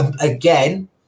Again